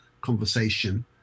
conversation